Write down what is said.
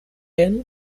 diane